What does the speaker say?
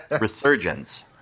resurgence